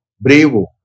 bravo